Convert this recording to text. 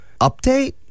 update